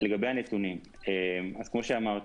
לגבי הנתונים, אז כמו שאמרתי,